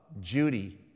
Judy